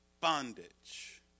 bondage